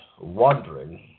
wandering